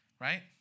right